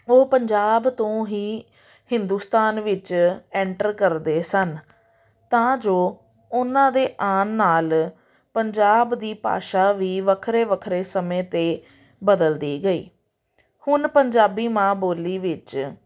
ਉਹ ਪੰਜਾਬ ਤੋਂ ਹੀ ਹਿੰਦੁਸਤਾਨ ਵਿੱਚ ਐਂਟਰ ਕਰਦੇ ਸਨ ਤਾਂ ਜੋ ਉਹਨਾਂ ਦੇ ਆਉਣ ਨਾਲ ਪੰਜਾਬ ਦੀ ਭਾਸ਼ਾ ਵੀ ਵੱਖਰੇ ਵੱਖਰੇ ਸਮੇਂ 'ਤੇ ਬਦਲਦੀ ਗਈ ਹੁਣ ਪੰਜਾਬੀ ਮਾਂ ਬੋਲੀ ਵਿੱਚ